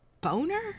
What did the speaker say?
Boner